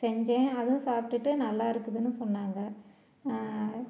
செஞ்சேன் அதுவும் சாப்பிட்டுட்டு நல்லாருக்குதுன்னு சொன்னாங்க